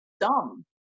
dumb